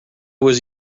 was